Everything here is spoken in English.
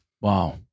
Wow